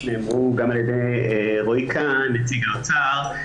--- נאמרו גם על ידי רועי קאהן נציג האוצר,